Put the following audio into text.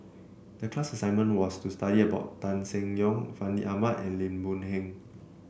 the class assignment was to study about Tan Seng Yong Fandi Ahmad and Lim Boon Heng